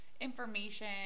information